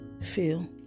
Feel